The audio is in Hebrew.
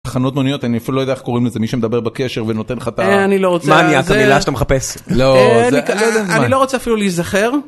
חנות מוניות, אני אפילו לא יודע איך קוראים לזה מי שמדבר בקשר ונותן לך את ה... מניאק, המילה שאתה מחפש. אני לא רוצה לא רוצה אפילו להיזכר.